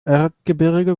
erzgebirge